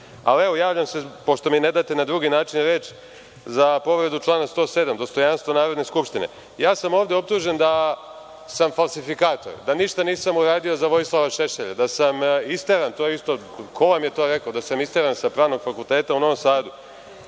Ali, evo, pošto mi ne date na drugi način reč, javljam se po povredi člana 107. – dostojanstvo Narodne skupštine. Ja sam ovde optužen da sam falsifikator, da ništa nisam uradio za Vojislava Šešelja, da sam isteran. Ko vam je to rekao da sam isteran sa Pravnog fakulteta u Novom Sadu?